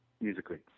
musically